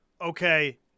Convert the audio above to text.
okay